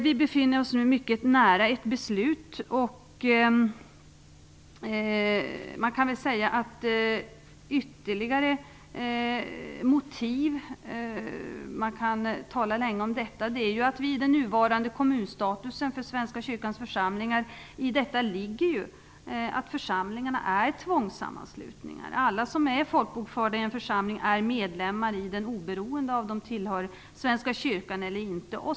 Vi befinner oss nu mycket nära ett beslut. Man kan tala länge om de ytterligare motiv som finns. Bl.a. ligger det ju i den nuvarande kommunstatusen för Svenska kyrkans församlingar att församlingarna är tvångssammanslutningar. Alla som är folkbokförda i en församling är medlemmar i den oberoende av om de tillhör Svenska kyrkan eller inte.